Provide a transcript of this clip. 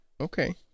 Okay